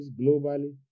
globally